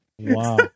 Wow